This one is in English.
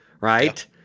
Right